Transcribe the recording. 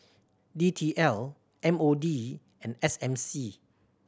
D T L M O D and S M C